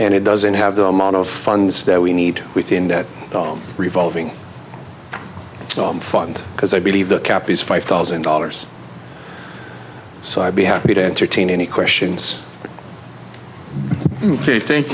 and it doesn't have the amount of funds that we need within that revolving well i'm fund because i believe the cap is five thousand dollars so i'd be happy to entertain any questions ok thank